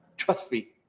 trust me.